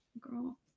girl